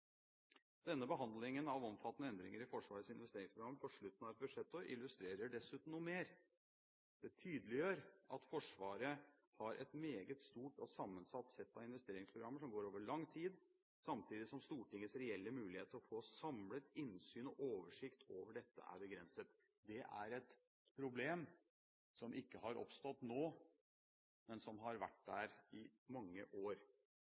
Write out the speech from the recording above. Denne behandlingen av omfattende endringer i Forsvarets investeringsprogram på slutten av et budsjettår illustrerer dessuten noe mer. Det tydeliggjør at Forsvaret har et meget stort og sammensatt sett av investeringsprogrammer som går over lang tid, samtidig som Stortingets reelle mulighet til å få samlet innsyn og oversikt over dette er begrenset. Det er et problem som ikke har oppstått nå, men som har vært der i mange år.